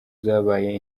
zabaye